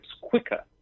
quicker